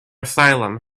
asylum